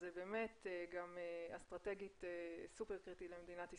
זה באמת גם אסטרטגית סופר קריטי למדינת ישראל.